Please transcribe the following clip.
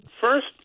First